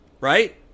right